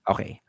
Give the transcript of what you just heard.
Okay